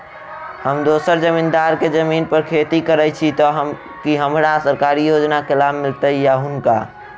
हम दोसर जमींदार केँ जमीन पर खेती करै छी तऽ की हमरा सरकारी योजना केँ लाभ मीलतय या हुनका?